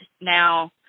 now